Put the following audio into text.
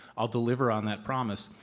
i'll deliver on that promise.